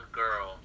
girl